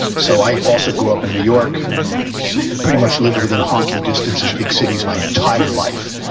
so i also grew up in new york and pretty much lived within honking distance of big cities my entire life.